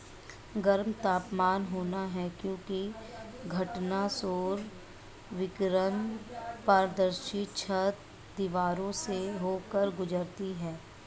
गर्म तापमान होता है क्योंकि घटना सौर विकिरण पारदर्शी छत, दीवारों से होकर गुजरती है